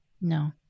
no